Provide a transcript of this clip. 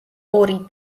ორი